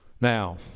Now